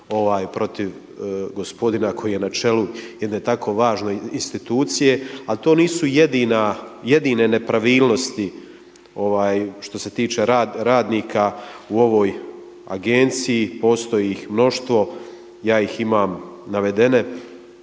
protiv gospodina koji je na čelu jedne tako važne institucije. Ali to nisu jedine nepravilnosti što se tiče radnika u ovog agenciji, postoji ih mnoštvo, ja ih imam navedene